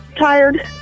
tired